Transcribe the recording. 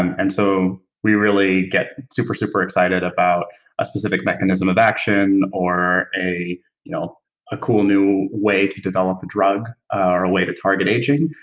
and so, we really get super, super excited about a specific mechanism of action or a you know a cool new way to develop a drug or a way to target aging.